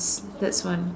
that's one